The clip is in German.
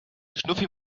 schnuffi